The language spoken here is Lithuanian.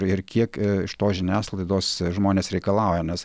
ir kiek iš tos žiniasklaidos žmonės reikalauja nes